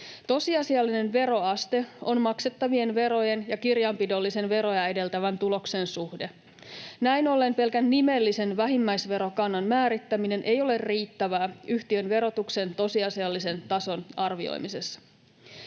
Tosiasiallinen veroaste on maksettavien verojen ja kirjanpidollisen veroja edeltävän tuloksen suhde. Näin ollen pelkän nimellisen vähimmäisverokannan määrittäminen ei ole riittävää yhtiön verotuksen tosiasiallisen tason arvioimisessa.